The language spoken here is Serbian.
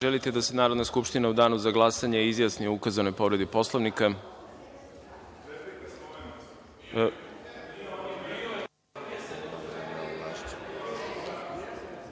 želite da se Narodna skupština u danu za glasanje izjasni o ukazanoj povredi Poslovnika?